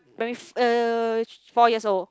primary uh four years old